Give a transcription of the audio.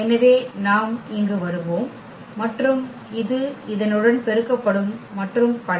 எனவே நாம் இங்கு வருவோம் மற்றும் இது இதனுடன் பெருக்கப்படும் மற்றும் பல